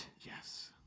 Yes